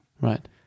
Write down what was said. right